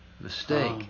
mistake